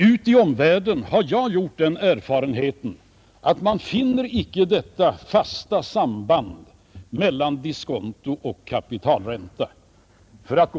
Jag har gjort den erfarenheten att man i omvärlden icke har detta fasta samband mellan diskonto och kapitalränta.